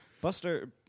Buster